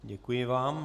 Děkuji vám.